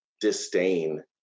disdain